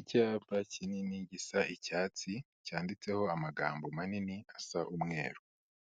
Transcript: Icyapa kinini gisa icyatsi, cyanditseho amagambo manini asa umweru.